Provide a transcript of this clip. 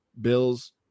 Bills